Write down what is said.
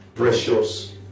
Precious